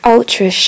Ultra